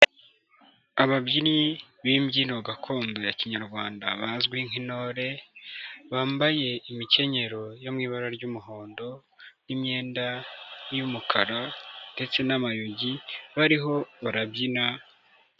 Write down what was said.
Ababyinnyi b'imbyino gakondo ya kinyarwanda bazwi nk'intore, bambaye imikenyero yo mu ibara ry'umuhondo n'imyenda y'umukara ndetse n'amayogi bariho barabyina.